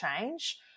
change